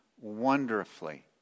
wonderfully